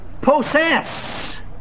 possess